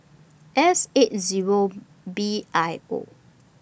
S eight Zero B I O